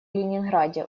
ленинграде